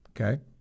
okay